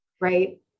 right